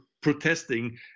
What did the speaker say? protesting